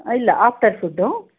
ಇಲ್ಲ after food